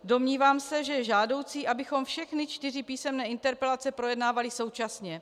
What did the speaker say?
Domnívám se, že je žádoucí, abychom všechny čtyři písemné interpelace projednávali současně.